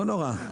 לא נורא.